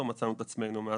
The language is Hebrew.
אבל